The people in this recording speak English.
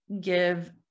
give